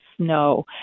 snow